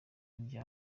rya